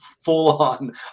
full-on